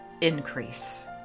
increase